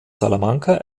salamanca